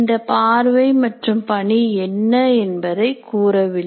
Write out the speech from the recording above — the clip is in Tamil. இந்த பார்வை மற்றும் பணி என்ன என்பதை கூறவில்லை